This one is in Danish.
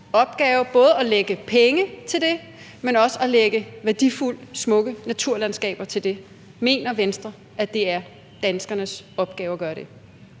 opgave både at lægge penge til det, men også at lægge værdifulde, smukke naturlandskaber til det? Mener Venstre, at det er danskernes opgave at gøre det?